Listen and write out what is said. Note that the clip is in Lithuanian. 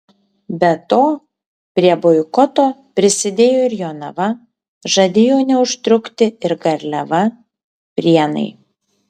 be to prie boikoto prisidėjo ir jonava žadėjo neužtrukti ir garliava prienai